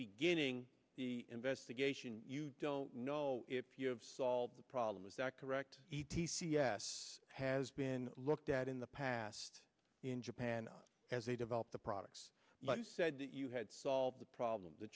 beginning the investigation you don't know if you have solved the problem is that correct t c s has been looked at in the past in japan as they develop the products like you said that you had solved the problem the